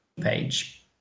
page